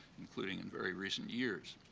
including in very recent years.